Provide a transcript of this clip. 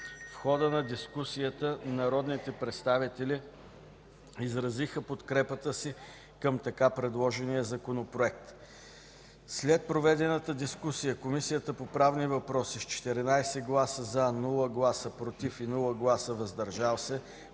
В хода на дискусията народните представители изразиха подкрепата си към така предложения Законопроект. След проведената дискусия Комисията по правни въпроси с 14 гласа „за”, без „против” и „въздържал се”